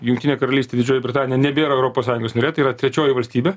jungtinė karalystė didžioji britanija nebėra europos sąjungos narė tai yra trečioji valstybė